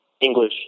English